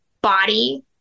body